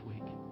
week